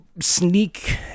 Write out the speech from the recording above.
sneak